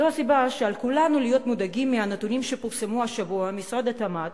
זו הסיבה שעל כולנו להיות מודאגים מהנתונים שפורסמו השבוע במשרד התמ"ת,